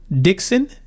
Dixon